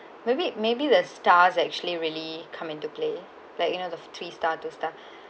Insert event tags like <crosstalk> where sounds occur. <breath> maybe maybe the stars actually really come into play like you know the three stars those stuff <breath>